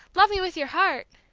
love me with your heart